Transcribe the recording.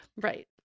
right